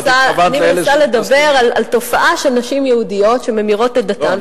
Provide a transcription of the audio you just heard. אני מנסה לדבר על תופעה של נשים יהודיות שממירות את דתן,